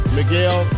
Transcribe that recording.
Miguel